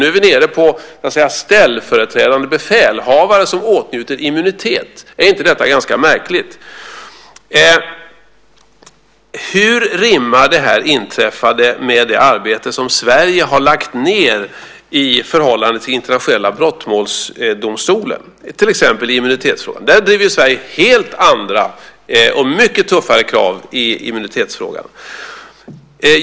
Nu är vi nere på ställföreträdande befälhavare som åtnjuter immunitet. Är inte detta ganska märkligt? Hur rimmar det inträffade med det arbete som Sverige har lagt ned i förhållande till den internationella brottmålsdomstolen? I till exempel immunitetsfrågan driver ju Sverige där helt andra och mycket tuffare krav.